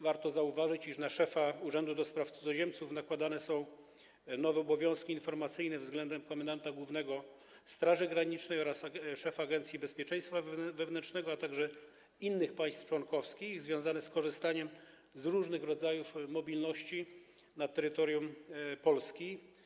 Warto zauważyć, iż na szefa Urzędu do Spraw Cudzoziemców nakładane są nowe obowiązki informacyjne względem komendanta głównego Straży Granicznej oraz szefa Agencji Bezpieczeństwa Wewnętrznego, a także innych państw członkowskich związane z korzystaniem z różnych rodzajów mobilności na terytorium Polski.